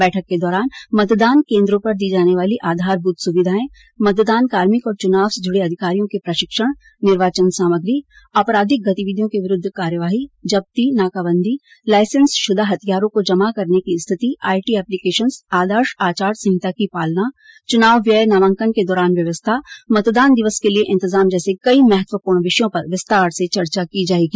बैठक के दौरान मतदान केंद्रों पर दी जाने वाली आधारभूत सुविधाएं मतदान कार्मिक और चुनाव से जुड़े अधिकारियों के प्रशिक्षण निर्वाचन सामग्री आपराधिक गतिविधियों के विरूद्व कार्यवाही जब्ती नाकाबंदी लाइसेंसश्रदा हथियारों को जमा करने की स्थिति आईटी एप्लीकेशंस आदर्श आचार संहिता की पालना च्नाव व्यय नामांकन के दौरान व्यवस्था मतदान दिवस के लिए इंतजामात जैसे कई महत्वपूर्ण विषयों पर विस्तार से चर्चा की जाएगी